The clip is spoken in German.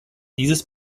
dieses